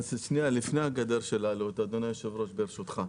לפני גדר העלויות, אדוני היושב ראש, ברשותך.